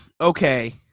okay